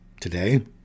today